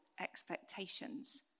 expectations